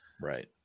Right